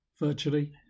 virtually